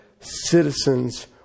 Citizens